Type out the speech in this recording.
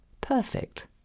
perfect